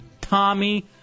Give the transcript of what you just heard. Tommy